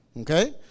Okay